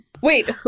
Wait